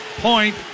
point